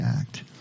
act